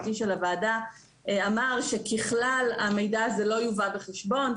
היועץ המשפטי של הוועדה - שככלל המידע הזה לא יובא בחשבון,